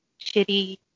shitty